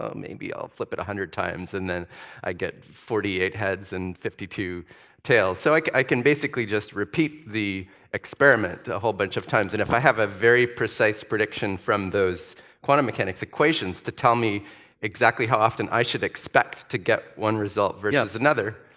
ah maybe i'll flip it a hundred times and then i get forty eight heads and fifty two tails. so like i can basically just repeat the experiment a whole bunch of times, and if i have a very precise prediction from those quantum mechanics equations to tell me exactly how often i should expect to get one result versus another,